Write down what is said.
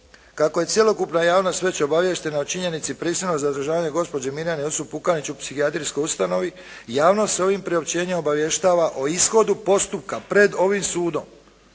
"Kako je cjelokupna javnost već obaviještena o činjenici prisilnog zadržavanja gospođe Mirjane Jusup Pukanić u psihijatrijskoj ustanovi javnost se ovim priopćenjem obavještava o ishodu postupka pred ovim sudom.